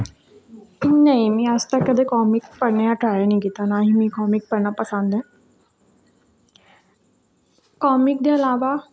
नेईं में अज्ज तक कदें कामिक पढ़ने दा ट्राई निं कीतां ना ही मिगी कामिक पढ़ना पसंद ऐ कामिक दे इलावा